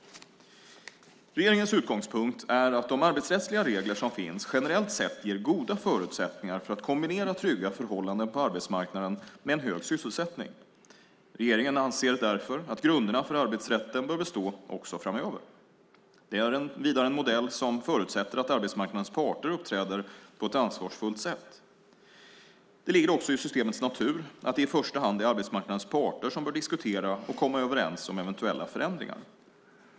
Regeringens utgångspunkt är att de arbetsrättsliga regler som finns generellt sett ger goda förutsättningar för att kombinera trygga förhållanden på arbetsmarknaden med en hög sysselsättning. Regeringen anser därför att grunderna för arbetsrätten bör bestå också framöver. Det är vidare en modell som förutsätter att arbetsmarknadens parter uppträder på ett ansvarsfullt sätt. Det ligger också i systemets natur att det i första hand är arbetsmarknadens parter som bör diskutera och komma överens om eventuella förändringar.